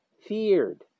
feared